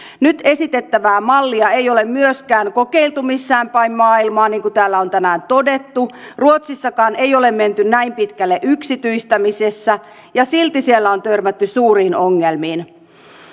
nyt esitettävää mallia ei ole myöskään kokeiltu missään päin maailmaa niin kuin täällä on tänään todettu ruotsissakaan ei ole menty näin pitkälle yksityistämisessä ja silti siellä on törmätty suuriin ongelmiin